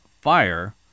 fire